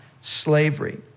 slavery